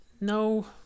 No